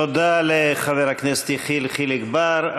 תודה לחבר הכנסת יחיאל חיליק בר.